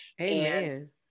Amen